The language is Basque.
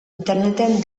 interneten